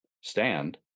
stand